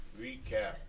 Recap